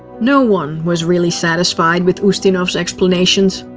no one was really satisfied with ustinov's explanations.